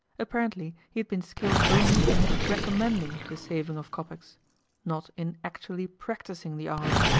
apparently he had been skilled only in recommending the saving of kopecks not in actually practising the art.